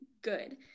good